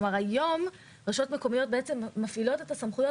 היום רשויות מקומיות מפעילות את הסמכויות